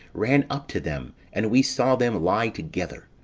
ran up to them, and we saw them lie together.